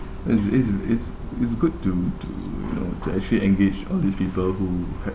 it's it's it's it's good to to you know to actually engage all these people who have